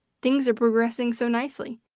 things are progressing so nicely,